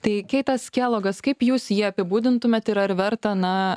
tai keitas kelogas kaip jūs jį apibūdintumėt ir ar verta na